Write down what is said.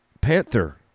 Panther